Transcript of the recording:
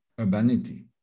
urbanity